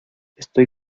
estoy